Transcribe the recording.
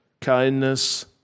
kindness